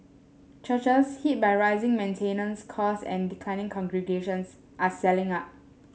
churches hit by rising maintenance costs and declining congregations are selling up